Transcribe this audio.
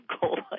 goal